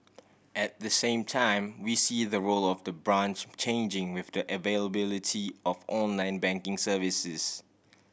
at the same time we see the role of the branch changing with the availability of online banking services